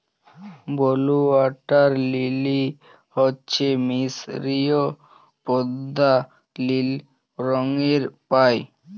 blue water lily হচ্যে মিসরীয় পদ্দা লিল রঙের পায়